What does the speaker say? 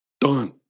done